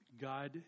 God